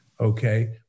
okay